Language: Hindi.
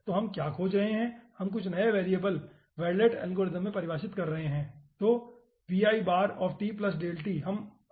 तो हम क्या खोज रहे हैं कुछ नए वेरिएबल हम वेरलेट एल्गोरिदम में परिभाषित कर रहे हैं